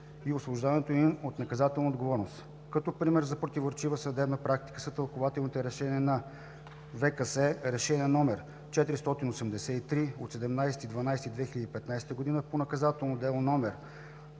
и освобождаването им от наказателна отговорност. Като пример за противоречива съдебна практика са тълкувателните решения на ВКС (Решение № 483 от 17 декември 2015 г. по Наказателно дело №